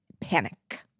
panic